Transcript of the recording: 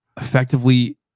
effectively